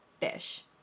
fish